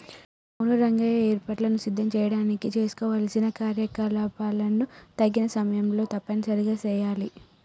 అవును రంగయ్య ఏర్పాటులను సిద్ధం చేయడానికి చేసుకోవలసిన కార్యకలాపాలను తగిన సమయంలో తప్పనిసరిగా సెయాలి